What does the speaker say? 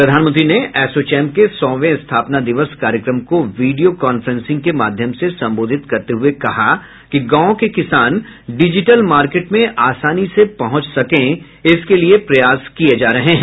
प्रधानमंत्री ने एसोचैम के सौवें स्थापना दिवस कार्यक्रम को वीडियो कांफ्रेंसिंग के माध्यम से संबोधित करते हुये कहा कि गांव के किसान डिजिटल मार्केट में आसानी से पहुंच सके इसके लिये प्रयास किया जा रहा है